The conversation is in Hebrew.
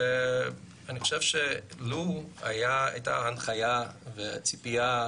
אני חושב שלו הייתה את ההנחיה והציפייה,